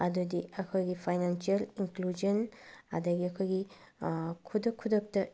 ꯑꯗꯨꯗꯤ ꯑꯩꯈꯣꯏꯒꯤ financial inclusion ꯑꯗꯩ ꯑꯩꯈꯣꯏꯒꯤ ꯈꯨꯗꯛ ꯈꯨꯗꯛꯇ